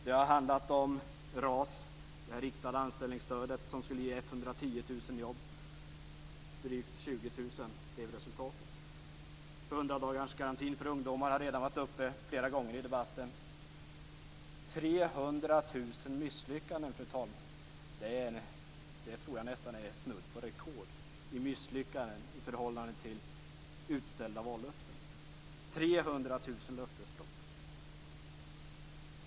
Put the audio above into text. Det har handlat om RAS, det riktade anställningsstödet som skulle ge 110 000 jobb, men där resultatet blev drygt 20 000. Hundradagarsgarantin för ungdomar har redan varit uppe i debatten flera gånger. 300 000 misslyckanden, fru talman, det tror jag nästan är snudd på rekord i misslyckanden i förhållande till utställda vallöften. 300 000 löftesbrott.